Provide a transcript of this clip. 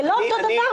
זה לא אותו דבר.